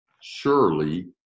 surely